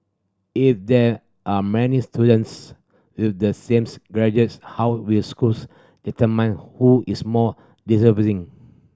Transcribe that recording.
if there are many students with the same graduates how will schools determine who is more deserving